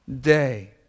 day